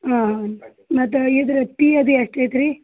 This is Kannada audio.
ಹಾಂ ಮತ್ತು ಇದ್ರ ಟೀ ಅದು ಎಷ್ಟು ಐತಿ ರೀ